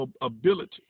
ability